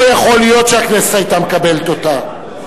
לא יכול להיות שהכנסת היתה מקבלת אותה,